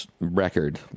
record